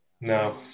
no